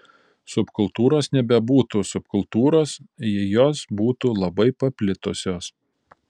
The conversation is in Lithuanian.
subkultūros nebebūtų subkultūros jei jos būtų labai paplitusios